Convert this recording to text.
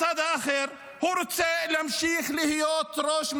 מהצד האחר, נתניהו רוצה להמשיך להיות ראש ממשלה,